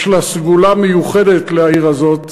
יש לה סגולה מיוחדת, לעיר הזאת,